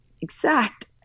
exact